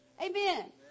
Amen